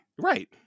right